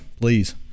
please